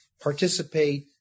participate